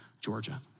Georgia